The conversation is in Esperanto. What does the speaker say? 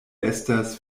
estas